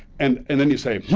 and and then you say, hmm.